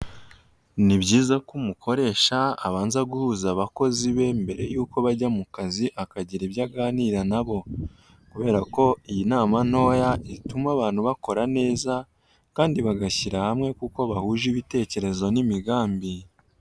Ni byiza ko umukoresha abanza guhuza abakozi be mbere y'uko bajya mu kazi akagira ibyo aganira nabo, kubera ko iyi nama ntoya ituma abantu bakora neza kandi bagashyira hamwe kuko bahuje ibitekerezo n'imigambi.